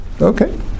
Okay